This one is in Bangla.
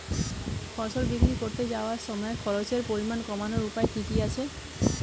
ফসল বিক্রি করতে যাওয়ার সময় খরচের পরিমাণ কমানোর উপায় কি কি আছে?